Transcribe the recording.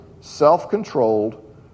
self-controlled